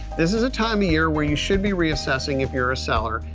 this is a time of year where you should be reassessing if you're a seller,